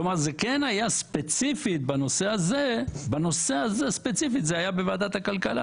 כלומר, זה כן היה ספציפי בנושא הזה בוועדת הכלכלה.